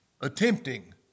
attempting